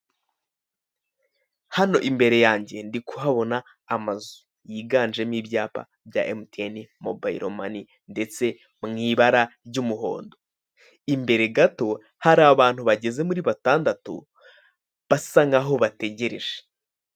Hano imbere yange ndi kuhabona amazu yiganjemo ibyapa bya MTN Mobayilo Mani ndetse mu ibara ry'umuhondo. Imbere gato, hari abantu bageze muri batandatu, basa nk'aho bategereje.